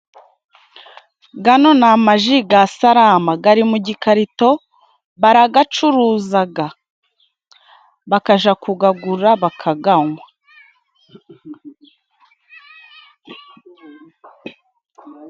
Gano ni amaji ga sarama gari mu gikarito baragacuruzaga, bakaja kugagura bakaganwa.